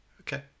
Okay